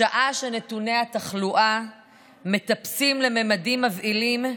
בשעה שנתוני התחלואה מטפסים לממדים מבהילים,